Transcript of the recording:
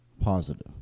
positive